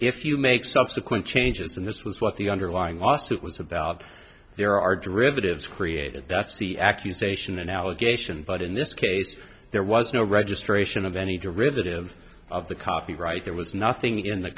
if you make subsequent changes then this was what the underlying lawsuit was about there are derivatives created that's the accusation and allegation but in this case there was no registration of any derivative of the copyright there was nothing in the